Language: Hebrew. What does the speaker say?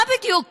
מה בדיוק קורה?